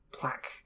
black